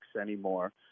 anymore